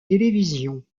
télévision